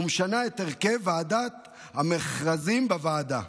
ומשנה את הרכב ועדת המכרזים בוועדה".